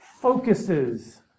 focuses